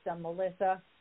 melissa